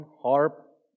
harp